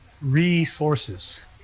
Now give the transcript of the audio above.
resources